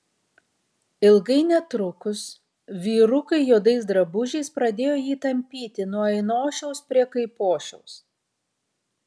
ilgai netrukus vyrukai juodais drabužiais pradėjo jį tampyti nuo ainošiaus prie kaipošiaus